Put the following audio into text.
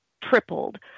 tripled